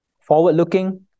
forward-looking